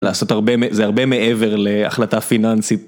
לעשות הרבה, זה הרבה מעבר להחלטה פיננסית.